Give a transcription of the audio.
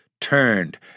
turned